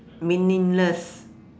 meaningless